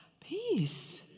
Peace